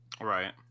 right